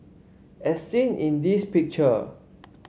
as seen in this picture